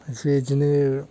इसे बिदिनो